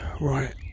right